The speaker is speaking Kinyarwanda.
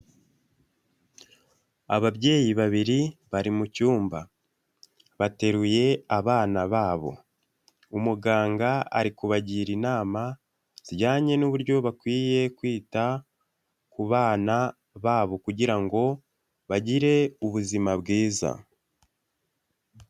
Ababyeyi babiri bari mu cyumba, bateruye abana babo, umuganga ari kubagira inama zijyanye n'uburyo bakwiye kwita ku bana babo kugira ngo bagire ubuzima bwiza.